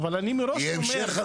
אבל אני מראש אומר --- יהיה המשך על